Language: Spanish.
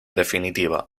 definitiva